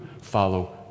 follow